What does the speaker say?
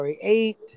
eight